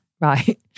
Right